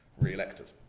re-elected